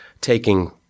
taking